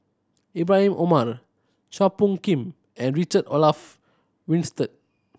Ibrahim Omar Chua Phung Kim and Richard Olaf Winstedt